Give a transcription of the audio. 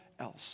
else